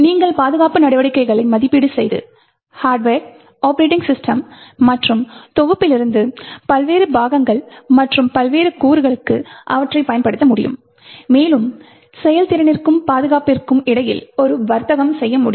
நீங்கள் பாதுகாப்பு நடவடிக்கைகளை மதிப்பீடு செய்து ஹார்ட்வர் ஒப்பரேட்டிங் சிஸ்டம் மற்றும் தொகுப்பிலிருந்து பல்வேறு பாகங்கள் அல்லது பல்வேறு கூறுகளுக்கு அவற்றைப் பயன்படுத்த முடியும் மேலும் செயல்திறனிற்கும் பாதுகாப்பிற்கும் இடையில் நாம் வர்த்தகம் செய்ய முடியும்